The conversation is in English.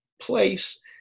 place